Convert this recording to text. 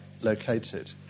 located